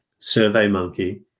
SurveyMonkey